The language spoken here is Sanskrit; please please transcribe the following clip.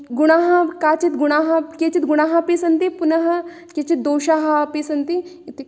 गुणाः केचित् गुणाः केचित् गुणाः अपि सन्ति पुनः केचित् दोषाः अपि सन्ति इत्युक्त्वा